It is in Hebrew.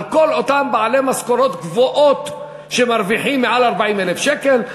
על כל אותם בעלי משכורות גבוהות שמרוויחים מעל 40,000 שקל.